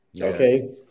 Okay